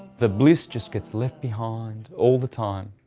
the bliss just gets left behind, all the time.